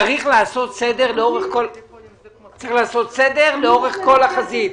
צריך לעשות סדר לאורך כל החזית.